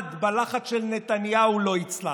מעמד בלחץ של נתניהו לא הצלחתם.